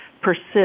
persist